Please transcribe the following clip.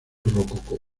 rococó